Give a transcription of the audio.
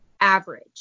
average